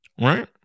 right